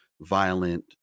violent